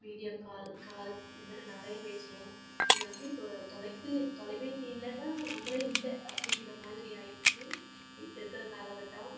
video call calls இதுமாதிரி நிறைய பேசுவோம் இதில் வந்து இப்போ தொலைப்பேசி தொலைப்பேசி இல்லைன்னா நம்மளே இல்லை அப்படிங்கிற மாதிரி ஆகிடுச்சி இப்போ இருக்கிற காலகட்டம்